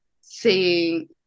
seeing